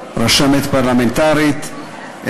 רשמת פרלמנטרית,